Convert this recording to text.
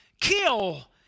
kill